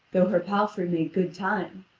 though her palfrey made good time.